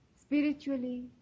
Spiritually